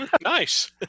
nice